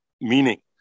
meaning